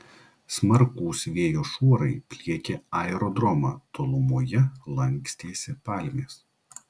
smarkūs vėjo šuorai pliekė aerodromą tolumoje lankstėsi palmės